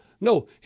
No